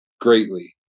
greatly